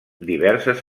diverses